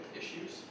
issues